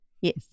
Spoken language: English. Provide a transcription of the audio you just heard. Yes